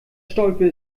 stolpe